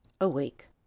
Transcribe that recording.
awake